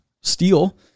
steel